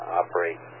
operate